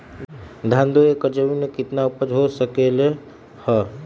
धान दो एकर जमीन में कितना उपज हो सकलेय ह?